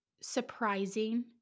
surprising